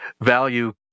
value